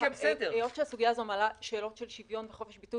היות שהסוגיה הזאת מעלה שאלות של שוויון וחופש ביטוי,